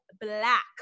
black